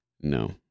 No